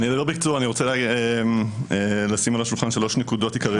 אני בקיצור רוצה להשים על השולחן שלוש נקודות עיקריות.